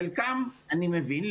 חלקם אני מבין,